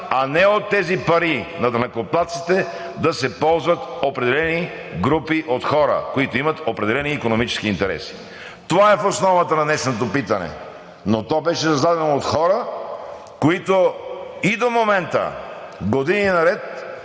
а не от тези пари на данъкоплатците да се ползват групи от хора, които имат определени икономически интереси. Това е в основата на днешното питане, но то беше зададено от хора, които и до момента години наред